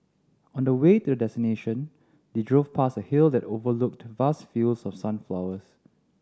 on the way to their destination they drove past a hill that overlooked vast fields of sunflowers